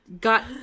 got